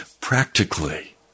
Practically